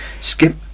Skip